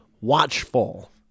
watchful